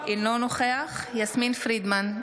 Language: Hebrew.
אינו נוכח יסמין פרידמן,